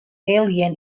alien